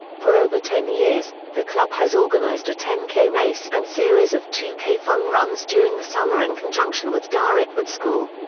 for over ten years, the club has organised a ten k race and series of two k fun runs during the summer in conjunction with darrick wood school.